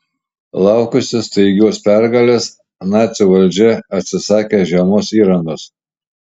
laukusi staigios pergalės nacių valdžia atsisakė žiemos įrangos